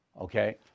Okay